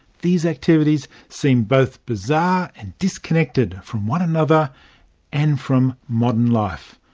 these activities seem both bizarre and disconnected, from one another and from modern life.